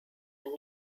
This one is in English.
and